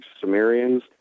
Sumerians